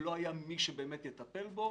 שלא היה באמת מי שיטפל בעורף.